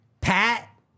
Pat